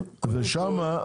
ושם,